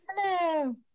Hello